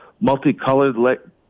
multicolored